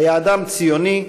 היה ציוני,